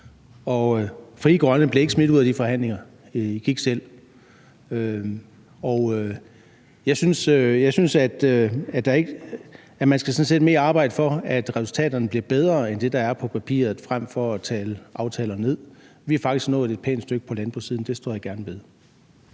Frie Grønne blev ikke smidt ud af de forhandlinger – I gik selv. Jeg synes sådan set, at man mere skal arbejde for, at resultaterne bliver bedre end det, der er på papiret, frem for at tale aftaler ned. Vi er faktisk nået et pænt stykke på landbrugssiden; det står jeg gerne ved.